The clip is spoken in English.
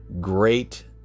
great